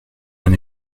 bien